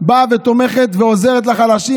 באה ותומכת ועוזרת לחלשים.